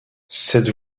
cette